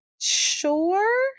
sure